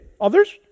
Others